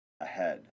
ahead